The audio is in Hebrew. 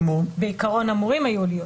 בעיקרון אמורים היו להיות.